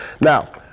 Now